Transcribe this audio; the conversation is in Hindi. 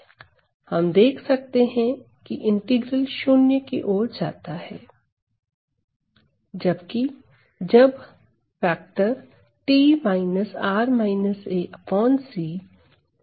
हम देख सकते हैं की इंटीग्रल शून्य की ओर जाता है जबकि जब फैक्टर पॉजिटिव है